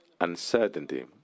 uncertainty